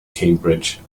cambridge